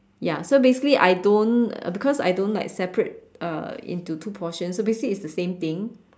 ya so basically I don't uh because I don't like separate uh into two portion so basically it's the same thing